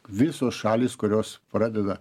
visos šalys kurios pradeda